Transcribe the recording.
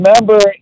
remember